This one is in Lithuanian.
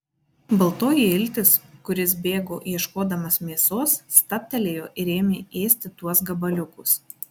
baltoji iltis kuris bėgo ieškodamas mėsos stabtelėjo ir ėmė ėsti tuos gabaliukus